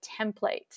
template